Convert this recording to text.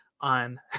on